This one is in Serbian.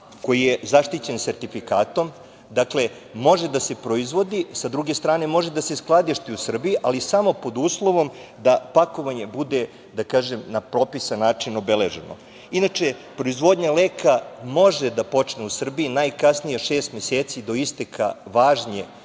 koji je zaštićen sertifikatom, može da se proizvodi, sa druge strane, može da se skladišti u Srbiji, ali samo pod uslovom da pakovanje bude, da kažem, na propisan način obeleženo. Proizvodnja leka može da počne u Srbiji najkasnije šest meseci do isteka važnje,